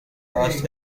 lost